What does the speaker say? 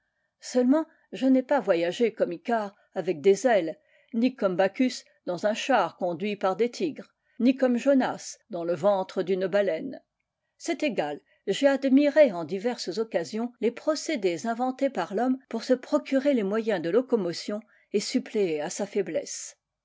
seulement je n'ai pas voyagé comme icare avec des ailes ni comme b acchus dans un char conduit par des tigres ni comme jonas dans le ventre d'une baleine c'est égal j'ai admiré en diverses occasions les procédés inventés par l'homme pour se procurer les moyens de locomotion et suppléer à sa faiblesse